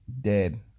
dead